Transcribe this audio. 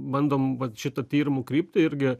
bandom vat šitą tyrimų kryptį irgi